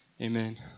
Amen